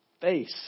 face